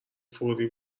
فوری